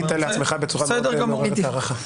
אז ענית לעצמך בצורה מאוד מעוררת הערכה.